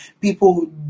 People